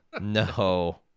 No